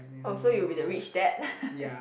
oh so you will be the rich dad